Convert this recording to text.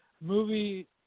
movie